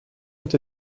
ont